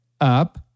up